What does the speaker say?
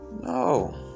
no